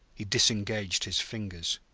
he disengaged his fingers.